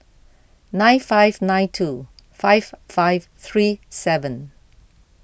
nine five nine two five five three seven